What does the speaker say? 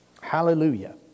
Hallelujah